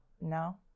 No